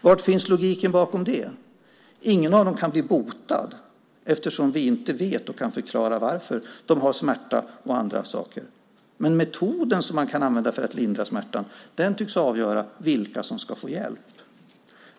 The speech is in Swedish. Var finns logiken bakom det? Ingen av dem kan bli botad, eftersom vi inte vet och kan förklara varför de har smärta. Metoden som man kan använda för att lindra smärtan tycks avgöra vilka som ska få hjälp.